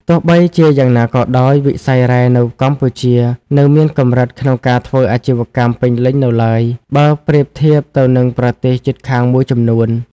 ទោះបីជាយ៉ាងណាក៏ដោយ វិស័យរ៉ែនៅកម្ពុជានៅមានកម្រិតក្នុងការធ្វើអាជីវកម្មពេញលេញនៅឡើយ បើប្រៀបធៀបទៅនឹងប្រទេសជិតខាងមួយចំនួន។